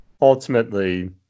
ultimately